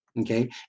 okay